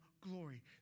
Glory